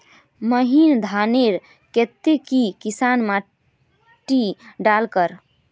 महीन धानेर केते की किसम माटी डार कर?